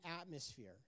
atmosphere